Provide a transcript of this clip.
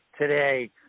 today